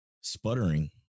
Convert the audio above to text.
sputtering